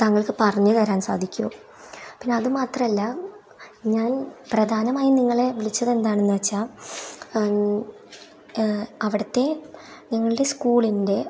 താങ്കൾക്ക് പറഞ്ഞ് തരാൻ സാധിക്കുമോ പിന്നെ അത് മാത്രമല്ല ഞാൻ പ്രധാനമായും നിങ്ങളെ വിളിച്ചതെന്താണെന്ന് വച്ചാൽ അത് ആ അവിടുത്തെ നിങ്ങളുടെ സ്കൂളിൻ്റെ